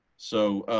so